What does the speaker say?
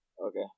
Okay